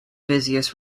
busiest